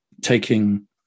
taking